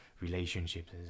relationships